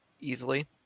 easily